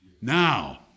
Now